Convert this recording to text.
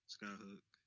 Skyhook